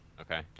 Okay